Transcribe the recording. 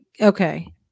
okay